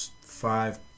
Five